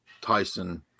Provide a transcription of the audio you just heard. Tyson